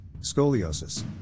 scoliosis